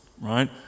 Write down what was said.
Right